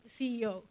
CEO